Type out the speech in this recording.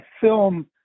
film